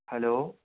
hello